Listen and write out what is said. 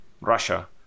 Russia